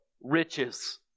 riches